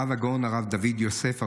הרב הגאון הרב דוד יוסף,